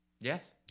Yes